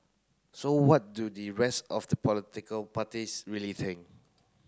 so what do the rest of the political parties really think